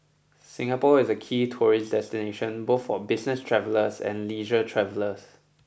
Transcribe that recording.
Singapore is a key tourist destination both for business travellers and leisure travellers